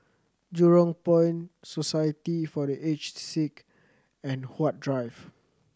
Jurong Point Society for The Aged Sick and Huat Drive